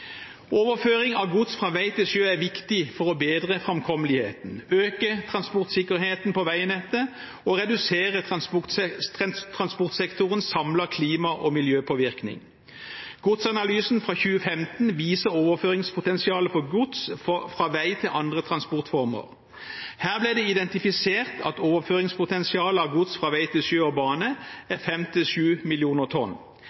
Overføring av gods fra vei til sjø er viktig for å bedre framkommeligheten, øke transportsikkerheten på veinettet og redusere transportsektorens samlede klima- og miljøpåvirkning. Godsanalysen fra 2015 viser overføringspotensialet for gods fra vei til andre transportformer. Her ble det identifisert at overføringspotensialet av gods fra vei til sjø og bane er 5–7 mill. tonn.